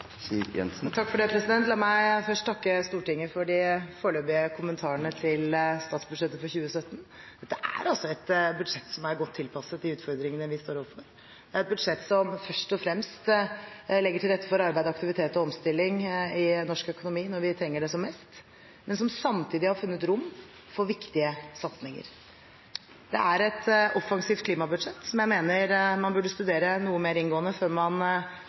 La meg først takke Stortinget for de foreløpige kommentarene til statsbudsjettet for 2017. Dette er altså et budsjett som er godt tilpasset de utfordringene vi står overfor. Det er et budsjett som først og fremst legger til rette for arbeid og aktivitet og omstilling i norsk økonomi når vi trenger det som mest, men som samtidig har funnet rom for viktige satsinger. Det er et offensivt klimabudsjett, som jeg mener man burde studere noe mer inngående før man